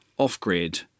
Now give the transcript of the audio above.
off-grid